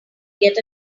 get